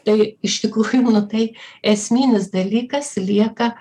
tai iš tikrųjų nu tai esminis dalykas lieka